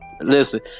Listen